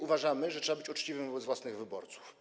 Uważamy, że trzeba być uczciwym wobec własnych wyborców.